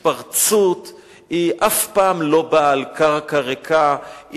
התפרצות אף פעם לא באה על קרקע ריקה,